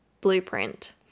blueprint